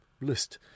list